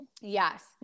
Yes